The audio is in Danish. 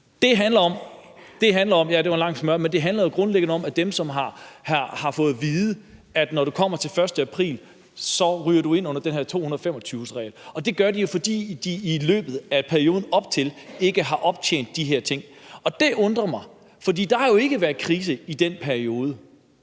grundlæggende om dem, som har fået at vide, at når vi kommer til den 1. april, ryger de ind under den her 225-timersregel, og det gør de jo, fordi de i løbet af perioden op til ikke har optjent de her ting. Og det undrer mig, for der har jo ikke været krise i den periode.